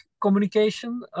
communication